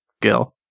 Gil